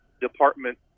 department